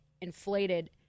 inflated